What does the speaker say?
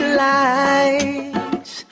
lights